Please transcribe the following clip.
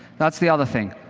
that's the other thing.